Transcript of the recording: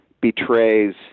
betrays